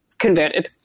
converted